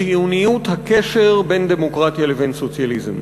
חיוניות הקשר בין דמוקרטיה לבין סוציאליזם.